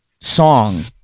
song